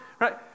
Right